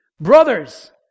Brothers